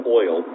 oil